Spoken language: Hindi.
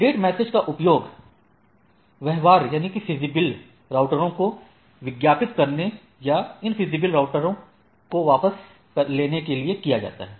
अपडेट मेसेज का उपयोग व्यवहार्य राउटरों को विज्ञापित करने या अव्यवहार्य राउटरों को वापस लेने के लिए किया जाता है